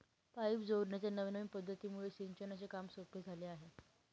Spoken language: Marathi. पाईप जोडण्याच्या नवनविन पध्दतीमुळे सिंचनाचे काम सोपे झाले आहे